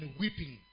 weeping